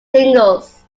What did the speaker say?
singles